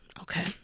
Okay